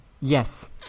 Yes